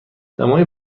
دمای